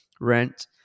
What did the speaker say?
rent